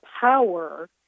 power